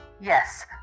Yes